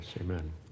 Amen